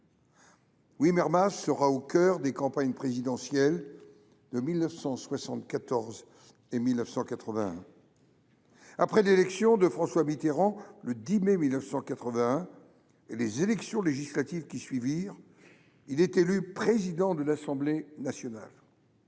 est ensuite au cœur des campagnes présidentielles de 1974 et de 1981. Après l’élection de François Mitterrand le 10 mai 1981 et les élections législatives qui s’ensuivent, il est élu président de l’Assemblée nationale.